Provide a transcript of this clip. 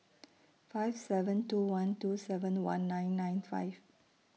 five seven two one two seven one nine nine five